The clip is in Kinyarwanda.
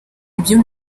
ibyo